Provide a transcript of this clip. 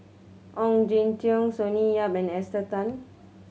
Ong Jin Teong Sonny Yap and Esther Tan